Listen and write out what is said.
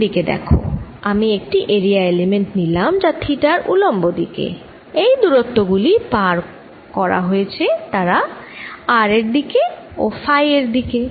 এই দিকে দেখ আমি একটি এরিয়া এলিমেন্ট নিলাম যা থিটার উলম্ব দিকে যেই দুরত্ব গুলি পার করা হয়েছে তারা r এর দিকে ও ফাই এর দিকে